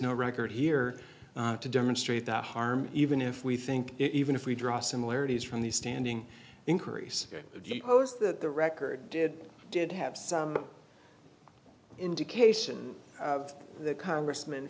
no record here to demonstrate the harm even if we think it even if we draw similarities from the standing increase that the record did did have some indication of the congressm